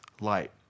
light